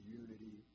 unity